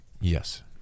Yes